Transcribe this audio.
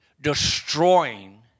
destroying